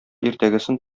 иртәгесен